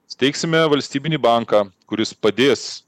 steigsime valstybinį banką kuris padės